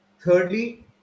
Thirdly